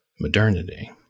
modernity